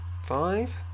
five